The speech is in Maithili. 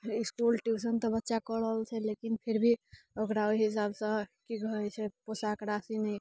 इसकुल ट्यूशन तऽ बच्चा कऽ रहल छै लेकिन फिर भी ओकरा ओहि हिसाबसँ की कहैत छै पोशाक राशि नहि